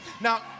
Now